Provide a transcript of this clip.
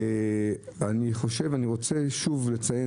אני שוב מציין,